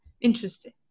interesting